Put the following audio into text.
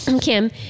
Kim